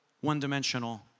one-dimensional